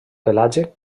pelatge